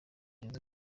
jose